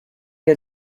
der